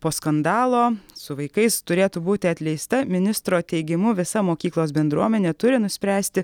po skandalo su vaikais turėtų būti atleista ministro teigimu visa mokyklos bendruomenė turi nuspręsti